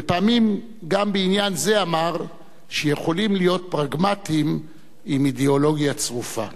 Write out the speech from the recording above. ופעמים גם בעניין זה אמר שיכולים להיות פרגמטים עם אידיאולוגיה צרופה.